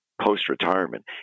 post-retirement